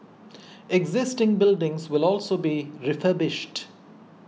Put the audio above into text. existing buildings will also be refurbished